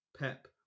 Pep